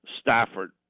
Stafford